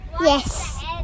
yes